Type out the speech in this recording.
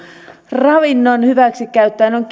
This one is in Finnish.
ravintoa hyväksi käyttäen on